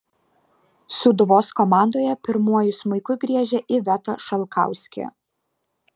sūduvos komandoje pirmuoju smuiku griežia iveta šalkauskė